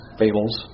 fables